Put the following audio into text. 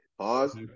pause